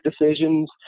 decisions